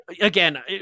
again